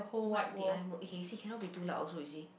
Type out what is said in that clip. what did I mo~ okay you see cannot be too loud also you see